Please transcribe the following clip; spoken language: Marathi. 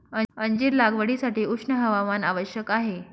अंजीर लागवडीसाठी उष्ण हवामान आवश्यक आहे